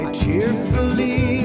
cheerfully